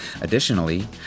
Additionally